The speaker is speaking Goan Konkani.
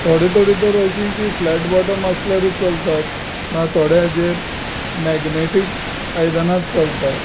थोडे थोडे तर अशीं की फ्लॅट बॉटम आसल्यारूच चलतात ना थोड्या हाजेर मॅगनेटीक आयदनाच चलतात